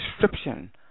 description